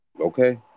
Okay